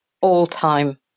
all-time